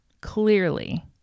Clearly